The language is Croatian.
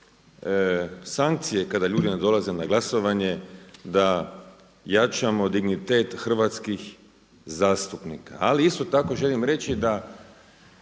sankcije kada ljudi ne dolaze na glasovanje, da jačamo dignitet hrvatskih zastupnika. Ali isto tako želim reći da